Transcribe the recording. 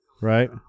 right